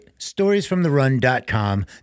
storiesfromtherun.com